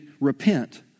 repent